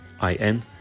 I-N